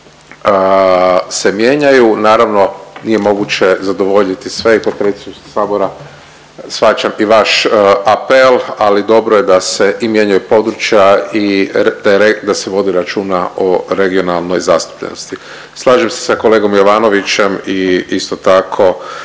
se mijenjaju. Naravno nije moguće zadovoljiti sve i potpredsjedniče sabora shvaćam i vaš apel, ali dobro je da se i mijenjaju područja i da se vodi računa o regionalnoj zastupljenosti. Slažem se sa kolegom Jovanovićem i isto tako